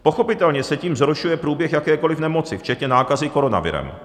Pochopitelně se tím zhoršuje průběh jakékoliv nemoci včetně nákazy koronavirem.